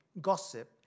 gossip